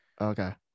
Okay